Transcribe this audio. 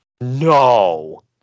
No